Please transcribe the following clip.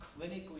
clinically